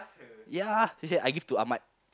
ya she say I give to Ahmad